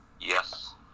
Yes